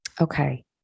Okay